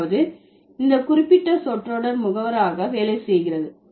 அதாவது இந்த குறிப்பிட்ட சொற்றொடர் முகவராக வேலை செய்கிறது